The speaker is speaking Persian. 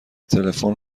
تلفن